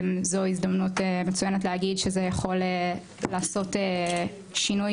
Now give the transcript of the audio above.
זו הזדמנות מצוינת להגיד שזה יכול לעשות שינוי